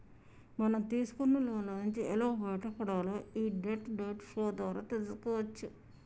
మనం తీసుకున్న లోన్ల నుంచి ఎలా బయటపడాలో యీ డెట్ డైట్ షో ద్వారా తెల్సుకోవచ్చు